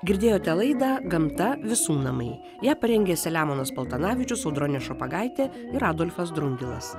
girdėjote laidą gamta visų namai ją parengė selemonas paltanavičius audronė šopagaitė ir adolfas drungilas